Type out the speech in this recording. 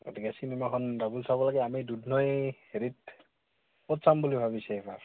গতিকে চিনেমাখন ডাবুল চাব লাগে আমি দুধনৈ হেৰিত ক'ত চাম বুলি ভাবিছে এইবাৰ